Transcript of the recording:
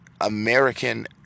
American